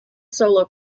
solo